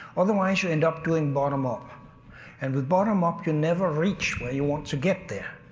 otherwise you end up doing bottom up and with bottom up you never reach where you want to get there,